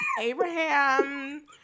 Abraham